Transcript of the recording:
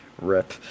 Rip